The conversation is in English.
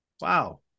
wow